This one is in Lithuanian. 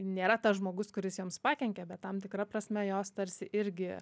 nėra tas žmogus kuris joms pakenkė bet tam tikra prasme jos tarsi irgi